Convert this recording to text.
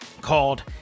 called